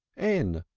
n!